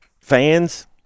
fans